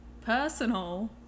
personal